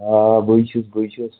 آ بٕے چھُس بٕے چھُس